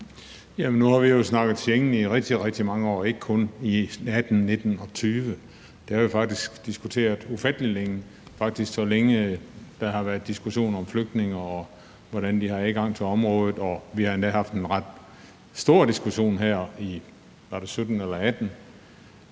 nu har vi jo snakket Schengensamarbejde i rigtig, rigtig mange år, ikke kun i 2018, 2019 og 2020. Det har vi faktisk diskuteret ufattelig længe – faktisk lige så længe, som der har været diskussioner om flygtninge, og hvordan de har adgang til området. Vi har endda haft en ret stor diskussion her – var det i 2017 eller 2018?